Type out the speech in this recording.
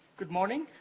good morning.